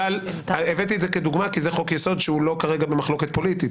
אבל הבאתי את זה כדוגמה כי זה חוק יסוד שהוא לא כרגע במחלוקת פוליטית.